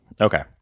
Okay